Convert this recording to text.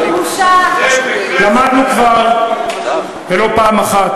למדנו כבר, ולא פעם אחת,